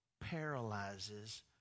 paralyzes